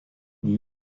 lui